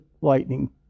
lightning